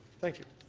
thank you.